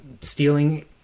stealing